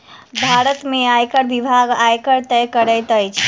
भारत में आयकर विभाग, आयकर तय करैत अछि